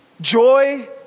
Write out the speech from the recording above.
Joy